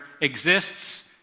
exists